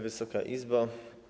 Wysoka Izbo!